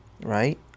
right